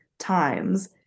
Times